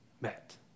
met